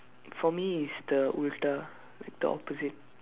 for me it's the உள்டா:uldaa the opposite